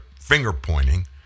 finger-pointing